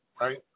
right